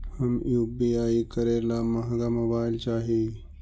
हम यु.पी.आई करे ला महंगा मोबाईल चाही?